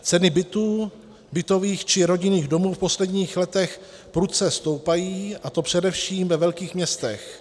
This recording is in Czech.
Ceny bytů, bytových či rodinných domů v posledních letech prudce stoupají, a to především ve velkých městech.